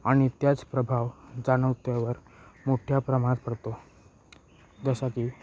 आणि त्याच प्रभाव जानवत्यावर मोठ्या प्रमाण पडतो जसं की